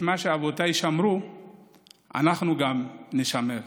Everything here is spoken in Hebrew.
שמנו באתיופיה היה "ישראל".